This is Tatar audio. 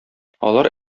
алар